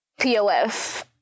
pof